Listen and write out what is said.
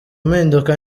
mpinduka